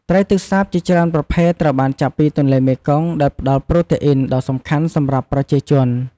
ត្រីទឹកសាបជាច្រើនប្រភេទត្រូវបានចាប់ពីទន្លេមេគង្គ ដែលផ្ដល់ប្រូតេអ៊ីនដ៏សំខាន់សម្រាប់ប្រជាជន។